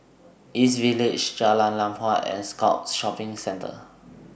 East Village Jalan Lam Huat and Scotts Shopping Centre